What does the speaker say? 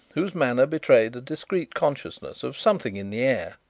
whose manner betrayed a discreet consciousness of something in the air.